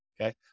Okay